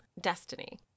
destiny